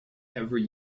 every